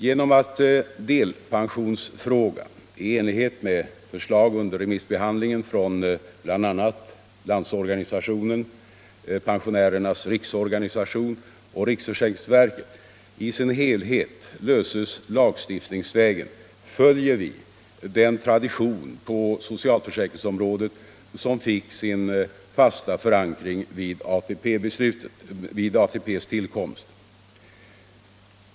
Genom att delpensionsfrågan — i enlighet med förslag under remissbehandlingen från bl.a. LO, Pensionärernas riksorganisation och riksförsäkringsverket — i sin helhet löses lagstiftningsvägen följer vi den tradition på socialförsäkringsområdet som fick sin fasta förankring vid ATP:s tillkomst.